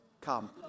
come